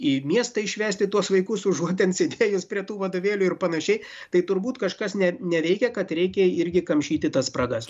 į miestą išvesti tuos vaikus užuot ten sėdėjus prie tų vadovėlių ir panašiai tai turbūt kažkas ne neveikia kad reikia irgi kamšyti tas spragas